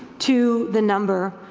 to the number,